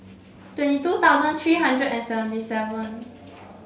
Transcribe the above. twenty two thousand three hundred and seventy seven